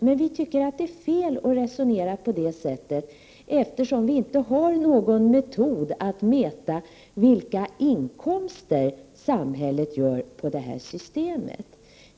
Vi i vpk tycker att det är fel att resonera på det sättet, eftersom vi inte har någon metod att mäta de vinster samhället får genom det här systemet.